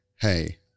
Hey